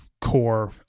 core